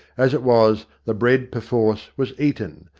as it was, the bread perforce was eaten,